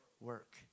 work